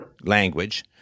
language